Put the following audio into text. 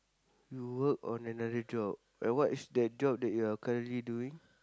you work on the another job and what is that job that you are currently doing